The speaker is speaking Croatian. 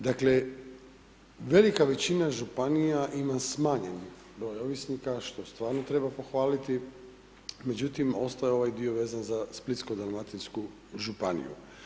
Dakle, velika većina županija ima smanjen broj ovisnika, što stvarno treba pohvaliti, međutim, ostao je ovaj dio vezan za splitsko-dalmatinsku županiju.